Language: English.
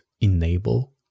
enable